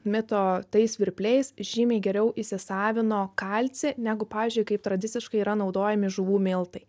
mito tais svirpliais žymiai geriau įsisavino kalcį negu pavyzdžiui kaip tradiciškai yra naudojami žuvų miltai